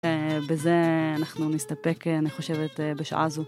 בזה אנחנו נסתפק, אני חושבת, בשעה זו.